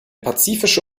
pazifische